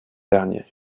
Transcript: derniers